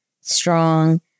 strong